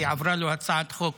כי עברה לו הצעת חוק